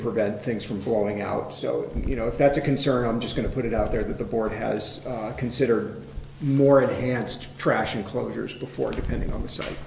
prevent things from falling out so you know if that's a concern i'm just going to put it out there that the board has consider more of the hands to trash enclosures before depending on the site